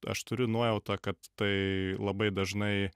aš turiu nuojautą kad tai labai dažnai